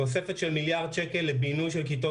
תוספת של 1 מיליארד שקל לבינוי של כיתות